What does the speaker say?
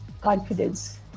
confidence